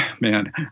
Man